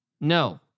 No